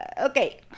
Okay